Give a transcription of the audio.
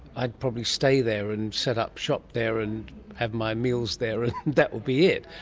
i'd probably stay there and set up shop there and have my meals there and that would be it.